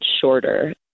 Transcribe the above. shorter